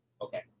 Okay